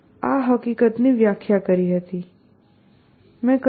બધું જ ટેબલ પર મૂકો અને પછી જે વસ્તુ તમે ભેગી કરવા માંગો છો તેને ભેગી કરો